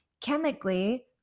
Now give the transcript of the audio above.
Chemically